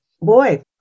boy